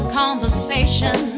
conversation